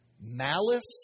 malice